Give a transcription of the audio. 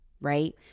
right